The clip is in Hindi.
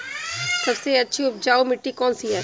सबसे अच्छी उपजाऊ मिट्टी कौन सी है?